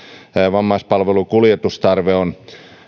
vammaispalvelukuljetustarve on